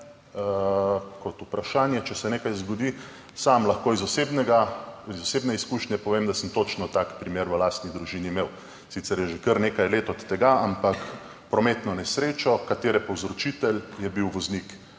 kot vprašanje, če se nekaj zgodi. Sam lahko iz osebne izkušnje povem, da sem točno tak primer v lastni družini imel. Sicer je že kar nekaj let od tega, ampak prometno nesrečo, katere povzročitelj je bil voznik